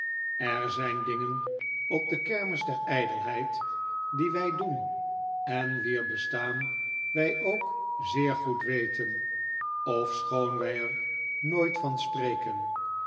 er zijn dingen op de kermis der ijdelheid die wij doen en wier bestaan wij ook zeer goed weten ofschoon wij er nooit van spreken